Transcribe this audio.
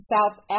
South